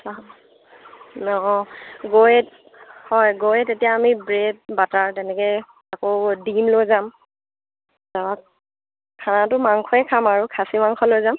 অঁ গৈয়ে হয় গৈয়ে তেতিয়া আমি ব্ৰেড বাটাৰ তেনেকে আকৌ ডিকিত লৈ যাম লগত খানাটো মাংসয়ে খাম আৰু খাছি মাংস লৈ যাম